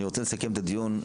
אני רוצה לסכם את הדיון.